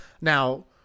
Now